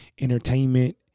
entertainment